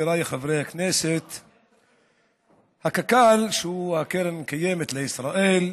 חבריי חברי הכנסת, קק"ל, קרן הקיימת לישראל,